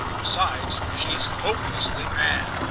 besides, she's hopelessly mad,